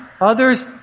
others